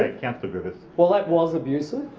ah councillor griffiths well that was abusive,